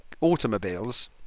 automobiles